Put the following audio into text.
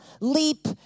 leap